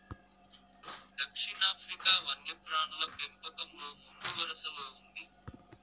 దక్షిణాఫ్రికా వన్యప్రాణుల పెంపకంలో ముందువరసలో ఉంది